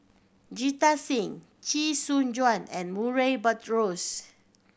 Jita Singh Chee Soon Juan and Murray Buttrose